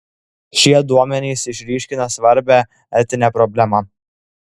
šie duomenys išryškina svarbią etinę problemą